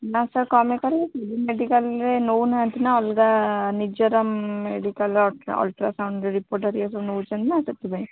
ନା ସାର୍ କ'ଣ ପାଇଁ କରିବେ କି ମେଡ଼ିକାଲ୍ରେ ନେଉନାହାନ୍ତି ନା ଅଲଗା ନିଜର ମେଡ଼ିକାଲ୍ର ଅଲ୍ଟ୍ରାସାଉଣ୍ଡ୍ ରିପୋର୍ଟ୍ ହେରିକା ସବୁ ନେଉଛନ୍ତି ନା ସେଥିପାଇଁ